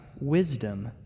wisdom